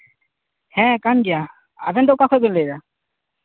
ᱦᱮᱸ ᱠᱟᱱ ᱜᱮᱭᱟ ᱟᱵᱮᱱ ᱫᱚ ᱚᱠᱟ ᱠᱷᱚᱱ ᱵᱮᱱ ᱞᱟᱹᱭ ᱫᱟ